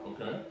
Okay